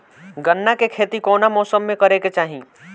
गन्ना के खेती कौना मौसम में करेके चाही?